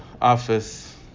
office